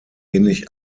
ähnlich